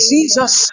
Jesus